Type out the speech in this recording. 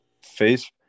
face